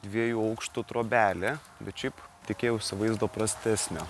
dviejų aukštų trobelė bet šiaip tikėjausi vaizdo prastesnio